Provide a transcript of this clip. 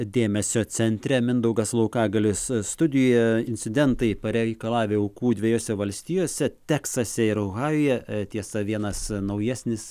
dėmesio centre mindaugas laukagalis studijoje incidentai pareikalavę aukų dviejose valstijose teksase ir ohajuje tiesa vienas naujesnis